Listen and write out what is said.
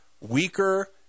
weaker